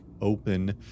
open